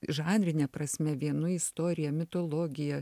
žanrine prasme vien nu istorija mitologija